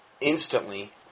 instantly